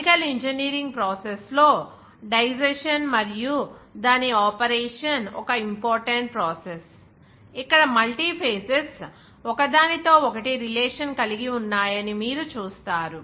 chemical engineering process లో digestion మరియు దాని ఆపరేషన్ ఒక ఇంపార్టెంట్ ప్రాసెస్ ఇక్కడ మల్టీ ఫేజెస్ ఒకదానితో ఒకటి రిలేషన్ కలిగి ఉన్నాయని మీరు చూస్తారు